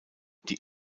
die